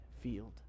field